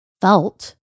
felt